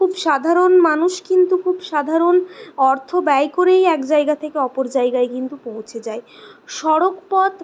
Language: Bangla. খুব সাধারণ মানুষ কিন্তু খুব সাধারণ অর্থ ব্যয় করেই এক জায়গা থেকে অপর জায়গায় কিন্তু পৌঁছে যায় সড়কপথ